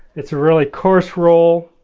it's really corse roll